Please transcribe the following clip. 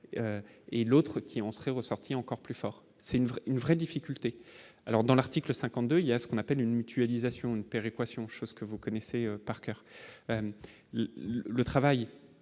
et l'autre qui en serait ressorti encore plus fort, c'est une vraie, une vraie difficulté, alors dans l'article 52 il y a ce qu'on appelle une mutualisation une péréquation, chose que vous connaissez par coeur le travail